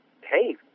hey